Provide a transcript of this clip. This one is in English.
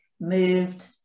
moved